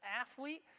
athlete